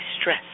stress